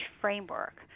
framework